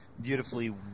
beautifully